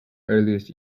earliest